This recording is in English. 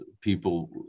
people